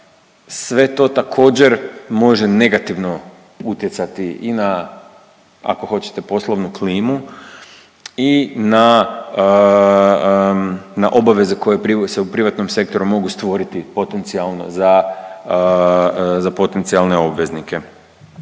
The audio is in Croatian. sve to također može negativno utjecati i na ako hoćete poslovnu klimu i na obaveze koje se u privatnom sektoru mogu stvoriti potencijalno za potencijalne obveznike.